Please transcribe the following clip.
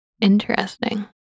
Interesting